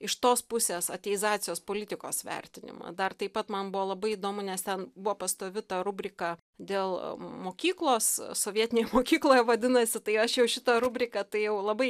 iš tos pusės ateizacijos politikos vertinimą dar taip pat man buvo labai įdomu nes ten buvo pastovi ta rubrika dėl mokyklos sovietinėje mokykloje vadinosi tai aš jau šitą rubriką tai jau labai